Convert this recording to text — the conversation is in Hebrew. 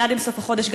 מייד עם סוף החודש,